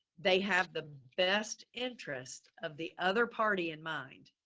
they have the best interest of the other party in mind.